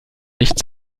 nicht